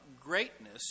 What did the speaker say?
greatness